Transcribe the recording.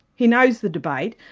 he know's the debate,